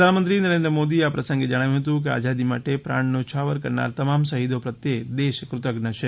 પ્રધાનમંત્રી નરેન્દ્ર મોદી એ આ પ્રસંગે જણાવ્યુ હતું કે આઝાદી માટે પ્રાણ ન્યોછાવર કરનાર તમામ શહીદો પ્રત્યે દેશ કૃતઘ્ન છે